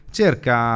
cerca